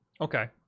Okay